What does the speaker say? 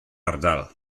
ardal